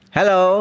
Hello